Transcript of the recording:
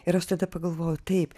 ir aš tada pagalvojau taip